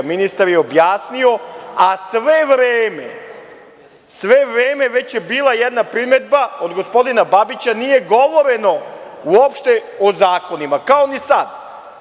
Ministar je objasnio, a sve vreme već je bila jedna primedba od gospodina Babića, nije govoreno uopšte o zakonima, kao ni sad.